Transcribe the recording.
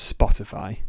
Spotify